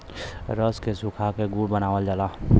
रस के सुखा क गुड़ बनावल जाला